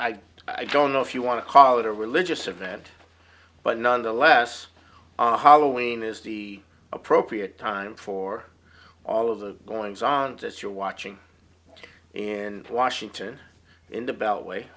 don't i don't know if you want to call it a religious event but nonetheless hollowing is the appropriate time for all of the goings on just you're watching in washington in the beltway